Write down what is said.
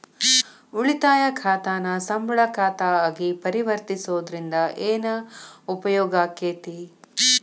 ಉಳಿತಾಯ ಖಾತಾನ ಸಂಬಳ ಖಾತಾ ಆಗಿ ಪರಿವರ್ತಿಸೊದ್ರಿಂದಾ ಏನ ಉಪಯೋಗಾಕ್ಕೇತಿ?